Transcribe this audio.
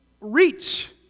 reach